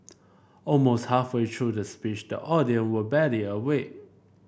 almost halfway through the speech the audience were barely awake